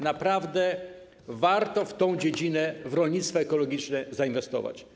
Naprawdę warto w tę dziedzinę, w rolnictwo ekologiczne, zainwestować.